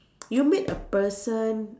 you meet a person